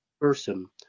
person